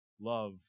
love